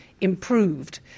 improved